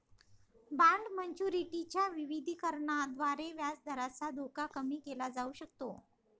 bond maturity च्या विविधीकरणाद्वारे व्याजदराचा धोका कमी केला जाऊ शकतो